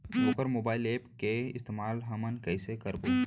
वोकर mobile app के इस्तेमाल हमन कइसे करबो?